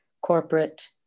corporate